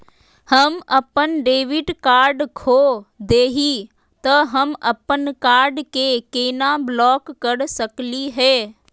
हम अपन debit card खो दे ही, त हम अप्पन कार्ड के केना ब्लॉक कर सकली हे?